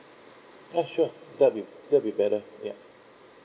oh sure that'll be that'll be better ya